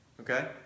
Okay